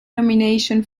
nomination